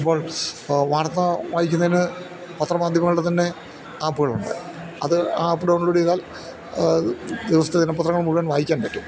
അപ്പോൾ വാർത്ത വായിക്കുന്നതിനു പത്ര മാധ്യമങ്ങളുടെ തന്നെ ആപ്പുകളുണ്ട് അത് ആ ആപ്പ് ഡൗൺലോഡ് ചെയ്താൽ ദിവസത്തെ ദിനപത്രങ്ങൾ മുഴുവൻ വായിക്കാൻ പറ്റും